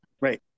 Right